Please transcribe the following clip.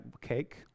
cake